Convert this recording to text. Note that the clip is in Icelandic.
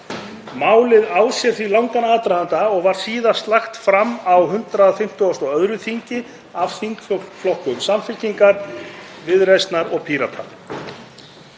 Málið á sér því langan aðdraganda og var síðast lagt fram á 152. þingi af þingflokkum Samfylkingar, Viðreisnar og Pírata.